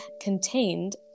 contained